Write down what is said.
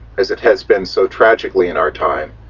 as it has been so tragically in our time,